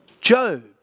Job